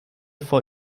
vor